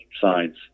sides